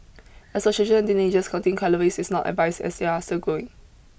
as for children and teenagers counting calories is not advised as they are still growing